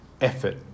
effort